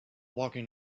walking